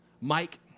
Mike